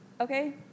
okay